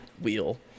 wheel